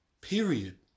period